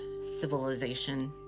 civilization